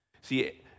See